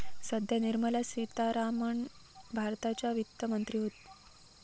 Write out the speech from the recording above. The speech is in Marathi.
सध्या निर्मला सीतारामण भारताच्या वित्त मंत्री हत